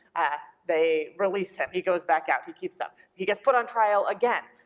ah they release him, he goes back out, he keeps up. he gets put on trial again.